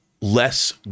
less